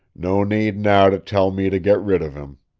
no need now to tell me to get rid of him.